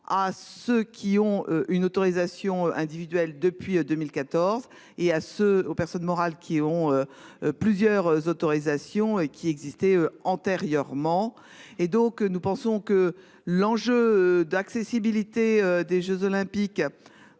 à ceux qui ont une autorisation individuelle depuis 2014, et à ce aux personnes morales qui ont. Plusieurs autorisations et qui existaient antérieurement. Et donc nous pensons que l'enjeu d'accessibilité des Jeux olympiques.